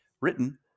written